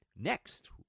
next